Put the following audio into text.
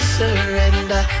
surrender